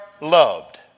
loved